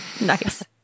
Nice